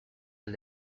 del